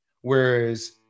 Whereas